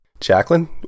jacqueline